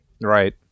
Right